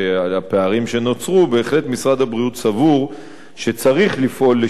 בהחלט משרד הבריאות סבור שצריך לפעול לשינוי מדד יוקר הבריאות